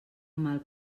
mal